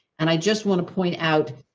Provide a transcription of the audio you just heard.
and i just want to point out.